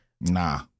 nah